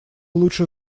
лучше